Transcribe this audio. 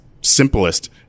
simplest